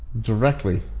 Directly